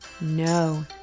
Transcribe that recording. no